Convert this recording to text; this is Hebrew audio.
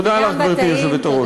תודה לך, גברתי היושבת-ראש.